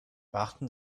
beachten